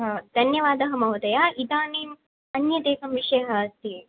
हा धन्यवादः महोदय इदानीम् अन्यदेकः विषयः अस्ति